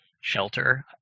shelter